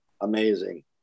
amazing